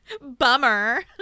Bummer